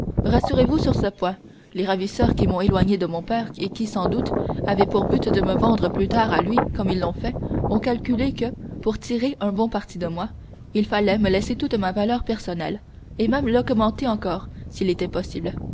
rassurez-vous sur ce point les ravisseurs qui m'ont éloigné de mon père et qui sans doute avaient pour but de me vendre plus tard à lui comme ils l'ont fait ont calculé que pour tirer un bon parti de moi il fallait me laisser toute ma valeur personnelle et même l'augmenter encore s'il était possible